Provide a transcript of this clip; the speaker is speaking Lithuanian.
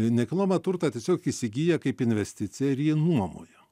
nekilnojamą turtą tiesiog įsigyja kaip investiciją ir jį nuomoja